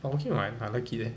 but okay what I like it leh